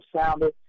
sounded